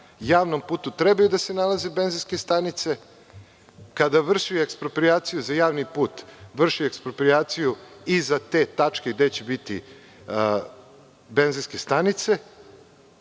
javnom putu treba da se nalaze benzinske stanice. Kada se vrši eksproprijacija za javni put, eksproprijacija se vrši i za te tačke gde će biti benzinske stanice.